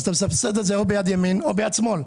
אז אתה מסבסד את זה או ביד ימין או ביד שמאל.